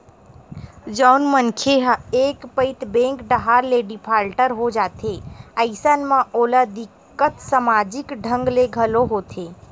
जउन मनखे ह एक पइत बेंक डाहर ले डिफाल्टर हो जाथे अइसन म ओला दिक्कत समाजिक ढंग ले घलो होथे